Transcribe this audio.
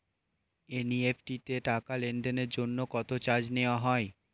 NEFT তে টাকা লেনদেনের জন্য কত চার্জ নেয়া হয়?